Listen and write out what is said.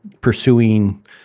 pursuing